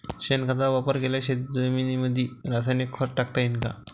शेणखताचा वापर केलेल्या जमीनीमंदी रासायनिक खत टाकता येईन का?